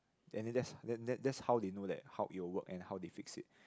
and then just that that that's how they know that how it will work and how they fix it